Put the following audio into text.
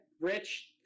Rich